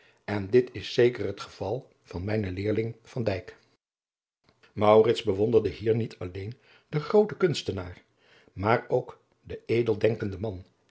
en dit is zeker het geval van mijnen leerling van dijk maurits bewonderde hier niet alleen den grooten kunstenaar maar ook den edeldenkenden man